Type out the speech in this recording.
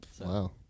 Wow